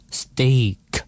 steak